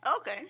Okay